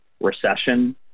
recession